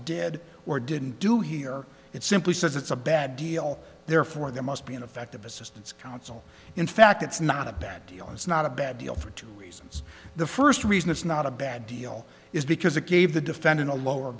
did or didn't do here it simply says it's a bad deal therefore there must be ineffective assistance of counsel in fact it's not a bad deal it's not a bad deal for two the first reason it's not a bad deal is because it gave the defendant a lower